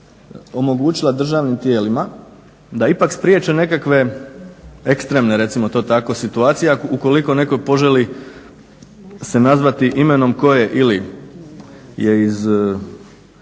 omogućila državnim tijelima da ipak spriječe nekakve ekstremne recimo to tako situacije ukoliko neko poželi se nazvati imenom koje ili je iz